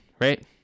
right